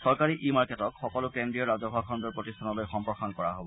চৰকাৰী ই মাৰ্কেটত সকলো কেন্দ্ৰীয় ৰাজহুৱা খণ্ডৰ প্ৰতিষ্ঠানলৈ সম্প্ৰসাৰণ কৰা হ'ব